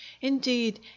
Indeed